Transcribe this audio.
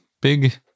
big